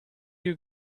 you